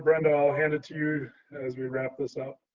brenda, i'll hand it to you as we wrap this up.